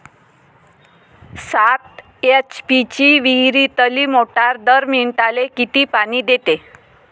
सात एच.पी ची विहिरीतली मोटार दर मिनटाले किती पानी देते?